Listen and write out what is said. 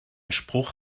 spruch